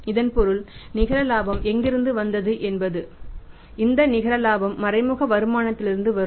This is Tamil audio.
இதன் பொருள் நிகர லாபம் எங்கிருந்து வந்தது என்பது இந்த நிகர லாபம் மறைமுக வருமானமானத்திலிருந்து வரும்